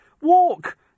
Walk